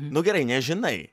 nu gerai nežinai